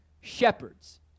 shepherds